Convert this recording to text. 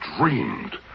dreamed